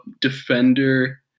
defender